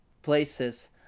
places